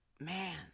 man